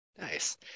Nice